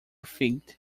feet